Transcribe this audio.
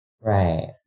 Right